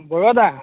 বৰুৱাদা